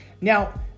Now